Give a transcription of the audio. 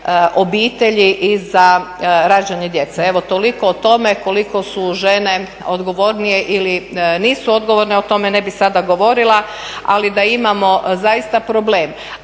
obitelji i za rađanje djece. Evo, toliko o tome koliko su žene odgovornije ili nisu odgovorne. O tome ne bih sada govorila, ali da imamo zaista problem